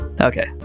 Okay